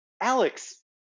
Alex